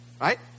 Right